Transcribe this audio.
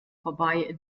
vorbei